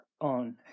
on